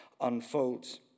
unfolds